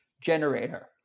generator